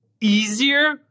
easier